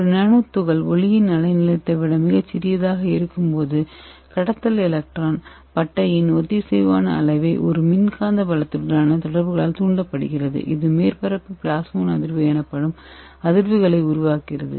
ஒரு நானோ துகள் ஒளியின் அலை நீளத்தை விட மிகச் சிறியதாக இருக்கும்போது கடத்தல் எலக்ட்ரான் பட்டையின் ஒத்திசைவான அலைவு ஒரு மின்காந்த புலத்துடனான தொடர்புகளால் தூண்டப்படுகிறது இது மேற்பரப்பு பிளாஸ்மோன் அதிர்வு எனப்படும் அதிர்வுகளை உருவாக்குகிறது